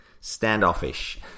standoffish